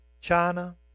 China